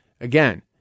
Again